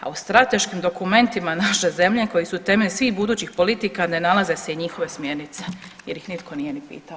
A u strateškim dokumentima naše zemlje koji su temelj svih budućih politika ne nalaze se njihove smjernice jer ih nitko nije ni pitao.